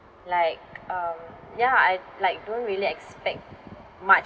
like um ya I like don't really expect much